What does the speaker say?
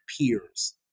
peers